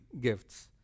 gifts